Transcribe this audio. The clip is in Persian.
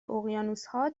اقیانوسها